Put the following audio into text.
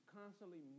constantly